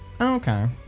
Okay